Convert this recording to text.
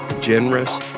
generous